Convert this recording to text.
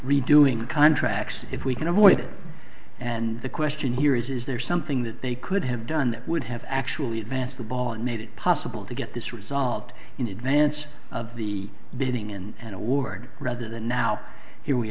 redoing the contracts if we can avoid it and the question here is is there something that they could have done that would have actually advance the ball and made it possible to get this resolved in advance of the bidding and award rather than now here we